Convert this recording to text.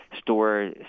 store